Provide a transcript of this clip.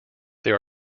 there